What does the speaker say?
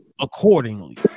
accordingly